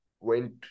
went